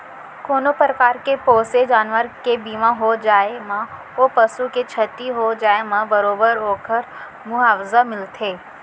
कोनों परकार के पोसे जानवर के बीमा हो जाए म ओ पसु के छति हो जाए म बरोबर ओकर मुवावजा मिलथे